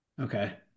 okay